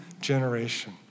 generation